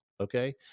okay